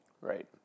Right